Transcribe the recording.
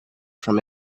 from